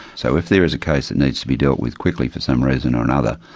so if there is a case that needs to be dealt with quickly for some reason or another,